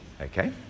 okay